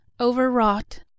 overwrought